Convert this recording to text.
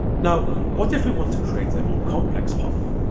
now what if we want to create a more complex path?